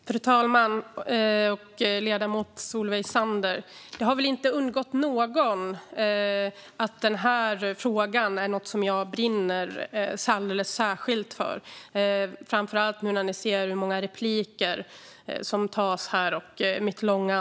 Fru talman! Det har väl inte undgått någon att jag brinner alldeles särskilt för den här frågan. Ni har ju hört mitt långa anförande och alla repliker jag tagit.